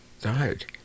died